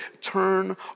turn